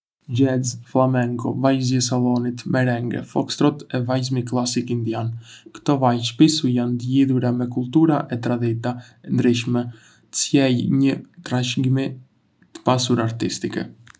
Jazz, flamenco, vallëzimi i sallonit, merengue, foxtrot e vallëzimi klasik indian. Ktò valle shpissu jandë të lidhura me kultura e tradita të ndryshme, të sjellë një trashëgimi të pasur artistike.